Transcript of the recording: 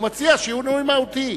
הוא מציע שינוי מהותי.